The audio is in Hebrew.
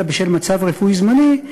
אלא בשל מצב רפואי זמני,